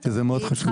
זה מאוד חשוב.